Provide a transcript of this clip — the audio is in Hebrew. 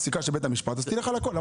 הפסיקה של בית המשפט לך כל הכל.